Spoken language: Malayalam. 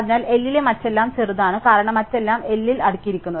അതിനാൽ L ലെ മറ്റെല്ലാം ചെറുതാണ് കാരണം മറ്റെല്ലാം L ൽ അടുക്കിയിരിക്കുന്നു